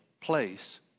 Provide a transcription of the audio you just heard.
place